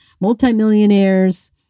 multimillionaires